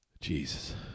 Jesus